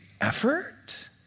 effort